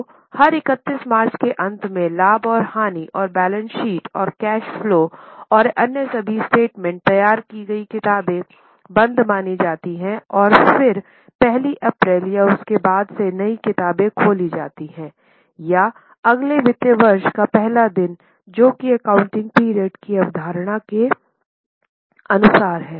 तो हर 31 मार्च के अंत में लाभ और हानि और बैलेंस शीट और कैश फ्लो और अन्य सभी स्टेटमेंट तैयार की गई किताबें बंद मानी जाती है और फिर पहली अप्रैल या उसके बाद से नई किताबें खोली जाती हैं या अगले वित्तीय वर्ष का पहला दिन जो कि एकाउंटिंग पीरियड की अवधारणा के अनुसार है